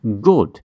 good